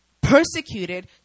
persecuted